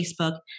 Facebook